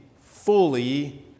fully